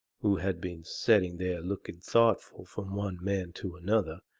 who had been setting there looking thoughtful from one man to another,